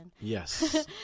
Yes